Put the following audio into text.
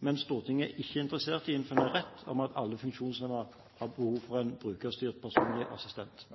men Stortinget er ikke interessert i å innføre en rett for alle funksjonshemmede til en brukerstyrt personlig assistent.